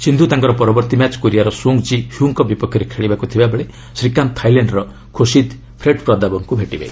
ସିନ୍ଧୁ ତାଙ୍କର ପରବର୍ତ୍ତୀ ମ୍ୟାଚ୍ କୋରିଆର ସୁଙ୍ଗ୍ ଜୀ ହ୍ୟୁଁଙ୍କ ବିପକ୍ଷରେ ଖେଳିବାକୁ ଥିବାବେଳେ ଶ୍ରୀକାନ୍ତ ଥାଇଲାଣ୍ଡର ଖୋସିଦ୍ ଫେଟ୍ପ୍ରଦାବଙ୍କୁ ଭେଟିବେ